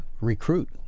recruit